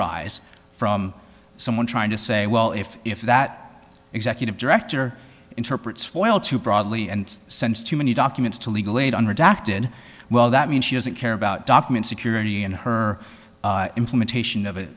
arise from someone trying to say well if if that executive director interprets foyle too broadly and sends too many documents to legal aid on redacted well that means she doesn't care about document security and her implementation of